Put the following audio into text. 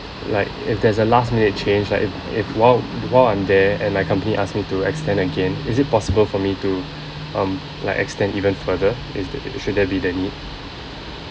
like if there's a last minute change like if if while while I'm there and like company ask me to extend again is it possible for me to um like extend even further is that uh should there be the need